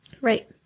right